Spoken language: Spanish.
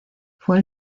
fue